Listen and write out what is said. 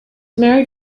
married